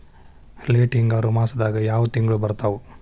Late ಹಿಂಗಾರು ಮಾಸದಾಗ ಯಾವ್ ತಿಂಗ್ಳು ಬರ್ತಾವು?